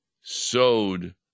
sowed